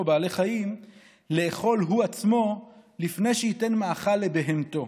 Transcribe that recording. בעלי חיים לאכול הוא עצמו לפני שייתן מאכל לבהמתו,